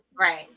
Right